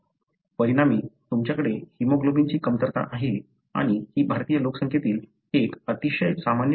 परिणामी तुमच्याकडे हिमोग्लोबिनची कमतरता आहे आणि ही भारतीय लोकसंख्येतील एक अतिशय सामान्य परिस्थिती आहे